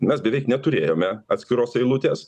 mes beveik neturėjome atskiros eilutės